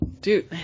dude